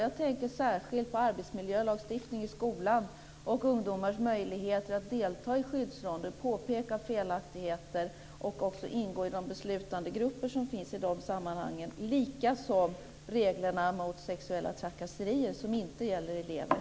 Jag tänker särskilt på arbetsmiljölagstiftningen i skolan, på ungdomars möjligheter att delta i skyddsronder, påpeka felaktigheter och också ingå i de beslutandegrupper som finns i de sammanhangen samt reglerna mot sexuella trakasserier som inte gäller elever.